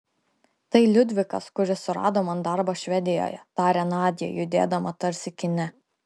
tai liudvikas kuris surado man darbą švedijoje tarė nadia judėdama tarsi kine